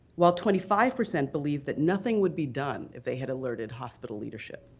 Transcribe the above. while twenty five percent believe that nothing would be done if they had alerted hospital leadership.